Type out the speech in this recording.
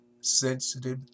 sensitive